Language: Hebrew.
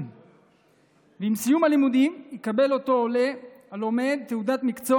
ועם סיום הלימודים אותו עולה לומד יקבל תעודת מקצוע,